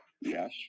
Yes